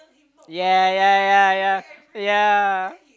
ya ya ya ya ya